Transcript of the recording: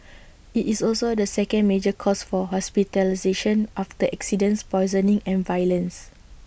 IT is also the second major cause for hospitalisation after accidents poisoning and violence